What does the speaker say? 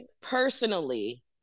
personally